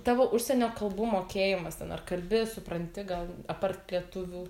tavo užsienio kalbų mokėjimas ten ar kalbi supranti gal apart lietuvių